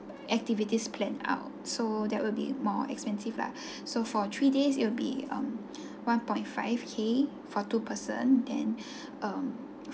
activities planned out so that would be more expensive lah so for three days it will be um one point five K for two person then um